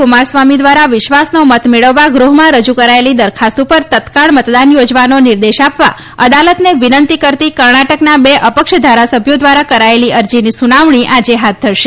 કુમાર સ્વામી દ્વારા વિશ્વાસનો મત મેળવવા ગૃહમાં રજુ કરાયેલી દરખાસ્ત ઉપર તત્કાળ મતદાન યોજવાનો નિર્દેશ આપવા અદાલતને વિનંતી કરતી કર્ણાટકના બે અપક્ષ ધારાસભ્યો દ્વારા કરાયેલી અરજીની સુનાવણી આજે હાથ ધરશે